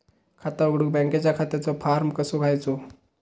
खाता उघडुक बँकेच्या खात्याचो फार्म कसो घ्यायचो?